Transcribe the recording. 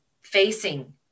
facing